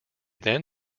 then